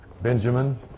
Benjamin